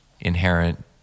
inherent